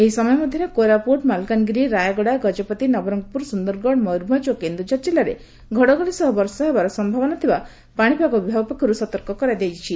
ଏହି ସମୟ ମଧ୍ଧରେ କୋରାପୁଟ ମାଲକାନଗିରି ରାୟଗଡ଼ା ଗଜପତି ନବରଙ୍ଙପୁର ସୁନ୍ଦରଗଡ଼ ମୟରଭଞ୍ ଓ କେଦୁଝର ଜିଲ୍ଲାରେ ଘଡ଼ଘଡ଼ି ସହ ବର୍ଷା ହେବାର ସମ୍ଭାବନା ଥିବା ପାଶିପାଗ ବିଭାଗ ପକ୍ଷରୁ ସତର୍କ କରାଇ ଦିଆଯାଇଛି